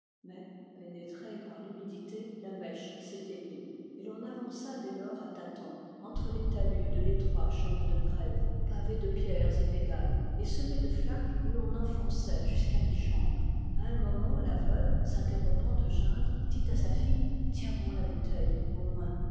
pénétrée par l'humidité la mèche s'éteignit et l'on avança dès lors à tâtons entre les talus de l'étroit chemin de grève pavé de pierres inégales et semé de flaques où l'on enfonçait jusqu'à mi jambes a un moment la veuve s'interrompant de geindre dit à sa fille tiens bon la bouteille au moins